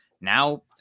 now